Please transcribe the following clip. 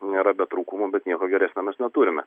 nėra be trūkumų bet nieko geresnio mes neturime